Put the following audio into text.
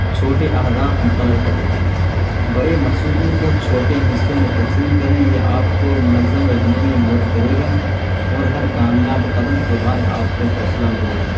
چھوٹے اہداف مقرر کریں بڑے منصوبوں کو چھوٹے حصوں میں تقسیم کریں یہ آپ کو منظم رہنے میں مدد کرے گا اور ہر کامیاب قدم کے بعد آپ کو حوصلہ ملے گا